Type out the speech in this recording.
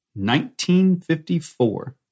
1954